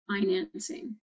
financing